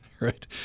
right